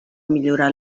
millorar